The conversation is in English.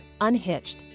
unhitched